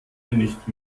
nicht